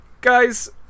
Guys